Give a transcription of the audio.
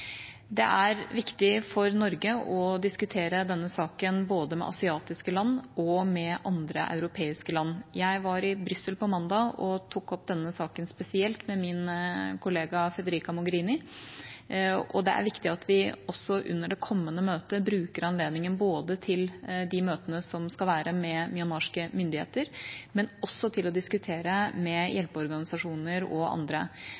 Det er viktig for Norge å diskutere denne saken både med asiatiske land og med andre europeiske land. Jeg var i Brussel på mandag og tok opp denne saken spesielt med min kollega Federica Mogherini, og det er viktig at vi også under det kommende møtet bruker anledningen både til de møtene som skal være med myanmarske myndigheter, og til å diskutere med hjelpeorganisasjoner og andre.